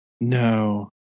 No